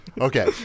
Okay